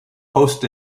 post